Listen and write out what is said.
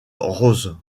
rose